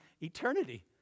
eternity